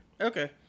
Okay